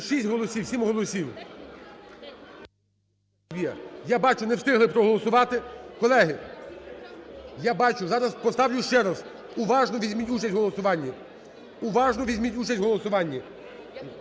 6 голосів, 7 голосів. Є. Я бачу, не встигли проголосувати. Колеги, я бачу. Зараз поставлю ще раз. Уважно візьміть участь у голосуванні, уважно візьміть участь у голосуванні.